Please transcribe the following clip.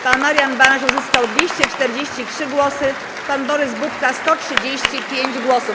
Pan Marian Banaś uzyskał 243 głosy, pan Borys Budka - 135 głosów.